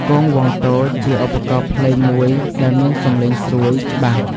គងវង់តូច ជាឧបករណ៍ភ្លេងមួយដែលមានសំឡេងស្រួយ ច្បាស់។